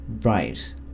right